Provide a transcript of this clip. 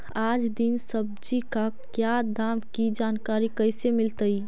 आज दीन सब्जी का क्या दाम की जानकारी कैसे मीलतय?